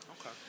Okay